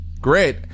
Great